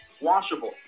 washable